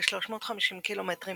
כ־350 קילומטרים